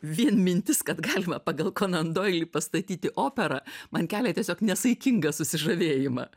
vien mintis kad galima pagal konandoilį pastatyti operą man kelia tiesiog nesaikingą susižavėjimą